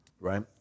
right